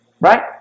right